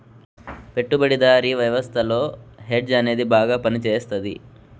పెట్టుబడిదారీ వ్యవస్థలో హెడ్జ్ అనేది బాగా పనిచేస్తది